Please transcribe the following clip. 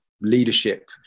leadership